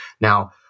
Now